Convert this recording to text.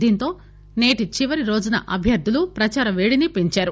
దీంతో సేటి చివరిరోజున అభ్యర్థులు ప్రచార పేడిని పెంచారు